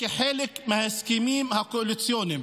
כחלק מההסכמים הקואליציוניים?